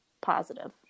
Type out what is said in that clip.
positive